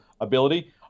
ability